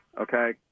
Okay